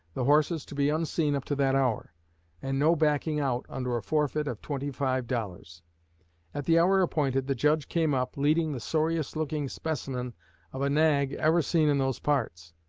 the horses to be unseen up to that hour and no backing out, under a forfeit of twenty-five dollars. at the hour appointed the judge came up, leading the sorriest looking specimen of a nag ever seen in those parts.